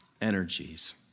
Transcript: energies